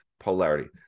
polarity